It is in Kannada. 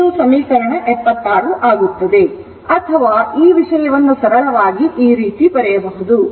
ಆದ್ದರಿಂದ ಅಥವಾ ಈ ವಿಷಯವನ್ನು ಸರಳವಾಗಿ ಈ ರೀತಿ ಬರೆಯಬಹುದು